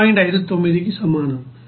59 సమానం